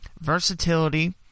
versatility